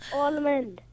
almond